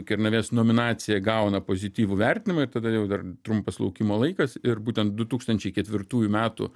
kernavės nominacija gauna pozityvų vertinimą ir tada jau dar trumpas laukimo laikas ir būtent du tūkstančiai ketvirtųjų metų